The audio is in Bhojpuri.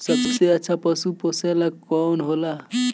सबसे अच्छा पशु पोसेला कौन होला?